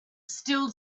still